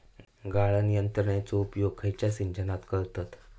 गाळण यंत्रनेचो उपयोग खयच्या सिंचनात करतत?